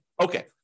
Okay